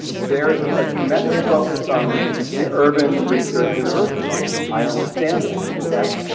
there is a tremendous focus on the urban research university and i understand that. and that's,